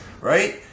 right